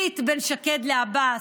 ביט, בין שקד לעבאס,